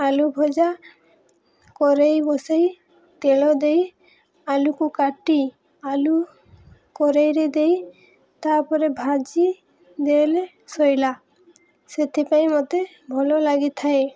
ଆଲୁ ଭଜା କରେଇ ବସେଇ ତେଲ ଦେଇ ଆଲୁକୁ କାଟି ଆଲୁ କରେଇରେ ଦେଇ ତାପରେ ଭାଜି ଦେଲେ ଶୋଇଲା ସେଥିପାଇଁ ମୋତେ ଭଲ ଲାଗିଥାଏ